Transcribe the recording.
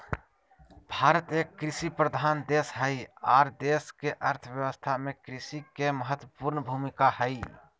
भारत एक कृषि प्रधान देश हई आर देश के अर्थ व्यवस्था में कृषि के महत्वपूर्ण भूमिका हई